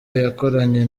yakoranye